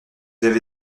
avais